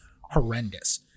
horrendous